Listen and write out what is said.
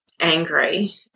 angry